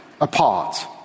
apart